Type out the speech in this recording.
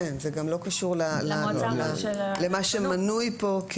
כן, זה גם לא קשור למה שמנוי פה.